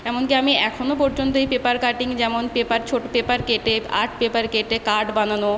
এমনকি আমি এখনও পর্যন্ত এই পেপার কাটিং যেমন পেপার ছোট পেপার কেটে আর্ট পেপার কেটে কার্ড বানানো